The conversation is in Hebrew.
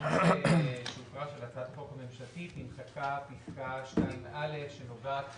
בתיקון שהוקרא של הצעת החוק הממשלתית נמחקה פסקה 2א שנוגעת